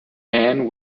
anne